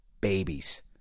babies